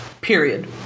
period